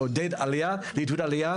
לעידוד עלייה,